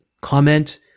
Comment